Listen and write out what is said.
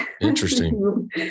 Interesting